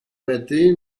matée